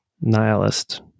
nihilist